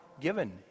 given